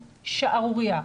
שערורייה.